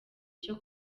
cyo